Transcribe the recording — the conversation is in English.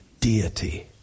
Deity